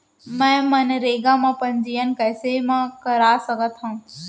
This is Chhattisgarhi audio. मैं मनरेगा म पंजीयन कैसे म कर सकत हो?